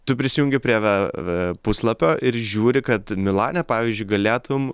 tu prisijungi prie ve ee puslapio ir žiūri kad milane pavyzdžiui galėtum